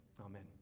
Amen